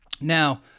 Now